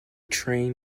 train